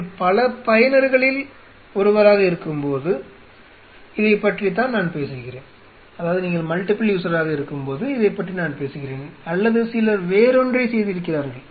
நீங்கள் பல பயனர்களில் ஒருவராக இருக்கும்போது இதைப்பற்றித்தான் நான் பேசுகிறேன் அல்லது சிலர் வேறொன்றை செய்திருக்கிறார்கள்